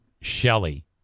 Shelley